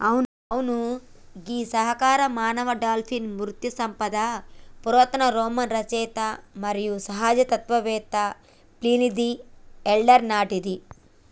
అవును గీ సహకార మానవ డాల్ఫిన్ మత్స్య సంపద పురాతన రోమన్ రచయిత మరియు సహజ తత్వవేత్త ప్లీనీది ఎల్డర్ నాటిది